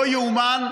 לא יאומן,